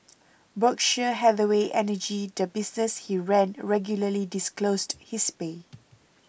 Berkshire Hathaway Energy the business he ran regularly disclosed his pay